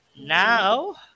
Now